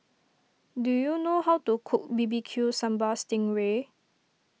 do you know how to cook B B Q Sambal Sting Ray